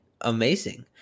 amazing